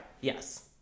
Yes